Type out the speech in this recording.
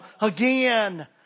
again